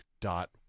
dot